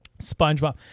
spongebob